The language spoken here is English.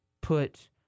put